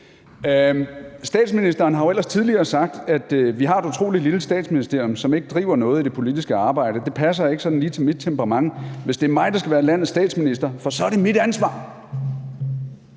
Statsministeren har jo ellers tidligere sagt: Vi har et utrolig lille statsministerium, som ikke driver noget i det politiske arbejde, og det passer ikke sådan lige til mit temperament, hvis det er mig, der skal være landets statsminister. For så er det mit ansvar.